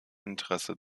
interesse